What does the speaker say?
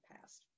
past